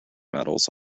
medals